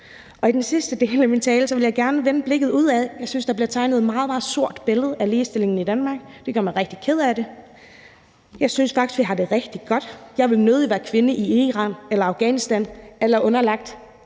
I den sidste del af min tale vil jeg gerne vende blikket udad. Jeg synes, der bliver tegnet et meget, meget sort billede af ligestillingen i Danmark. Det gør mig rigtig ked af det. Jeg synes faktisk, vi har det rigtig godt. Jeg vil nødig være kvinde i Iran eller Afghanistan og underlagt